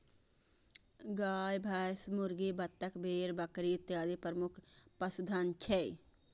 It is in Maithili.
गाय, भैंस, मुर्गी, बत्तख, भेड़, बकरी इत्यादि प्रमुख पशुधन छियै